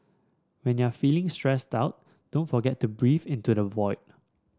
when you are feeling stressed out don't forget to breathe into the void